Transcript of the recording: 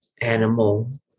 animal